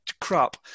crap